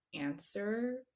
answer